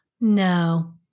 No